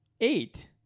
eight